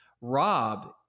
Rob